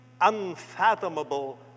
Unfathomable